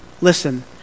listen